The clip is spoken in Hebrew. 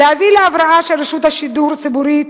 להביא להבראה של רשות השידור הציבורית,